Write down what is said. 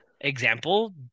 example